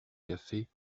café